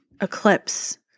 eclipse